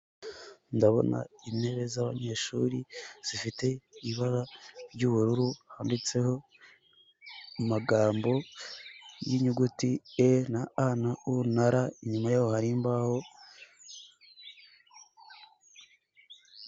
Ndabona intebe z'abanyeshuri zifite ibara ry'ubururu handitseho amagambo y'inyuguti e na a na o na ra inyuma yaho hari imbaho.